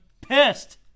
pissed